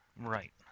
right